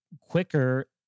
quicker